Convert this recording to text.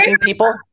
people